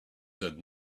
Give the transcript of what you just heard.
said